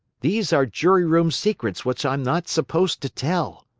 these are jury-room secrets which i'm not supposed to tell.